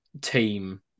team